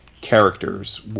characters